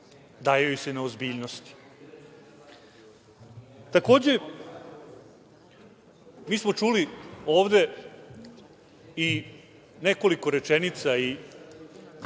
daje na ozbiljnosti. Takođe, mi smo čuli ovde i nekoliko rečenica i